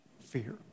fear